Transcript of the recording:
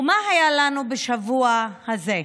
ומה היה לנו בשבוע הזה?